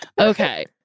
Okay